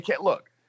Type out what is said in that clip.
look